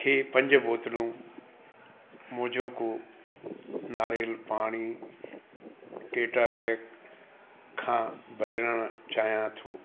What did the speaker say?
खे पंज बोतिलूं मोजोको नारेल पाणी टेट्रा पैक खां बदिलणु चाहियां थो